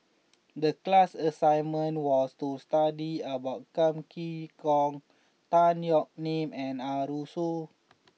the class assignment was to study about Kam Kee Yong Tan Yeok Nee and Arasu